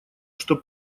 что